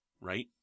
Right